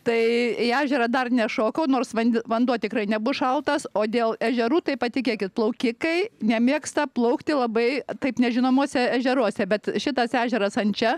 tai į ežerą dar nešokau nors vanden vanduo tikrai nebus šaltas o dėl ežerų tai patikėkit plaukikai nemėgsta plaukti labai taip nežinomuose ežeruose bet šitas ežeras ančia